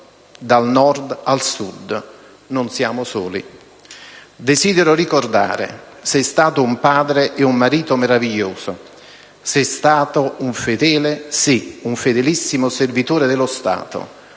dal Nord al Sud. Non siamo soli. Desidero ricordare: sei stato un padre e un marito meraviglioso, sei stato un fedele, sì, un fedelissimo servitore dello Stato,